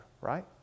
Right